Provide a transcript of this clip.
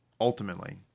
ultimately